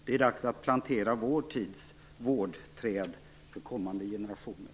Det är dags att plantera vår tids vårdträd för kommande generationer.